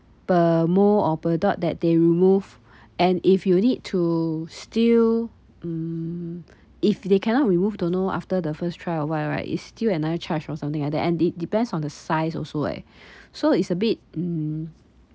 per mole or per dot that they remove and if you need to still mm if they cannot remove don't know after the first try or what right it's still another charged or something like that and de~ depends on the size also eh so it's a bit mm